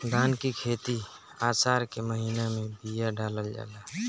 धान की खेती आसार के महीना में बिया डालल जाला?